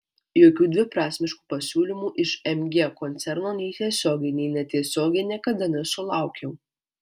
jokių dviprasmiškų pasiūlymų iš mg koncerno nei tiesiogiai nei netiesiogiai niekada nesulaukiau